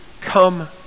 come